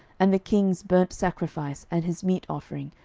and the king's burnt sacrifice, and his meat offering,